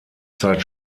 zeit